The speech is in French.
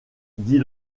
dit